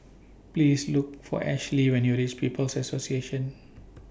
Please Look For Ashly when YOU REACH People's Association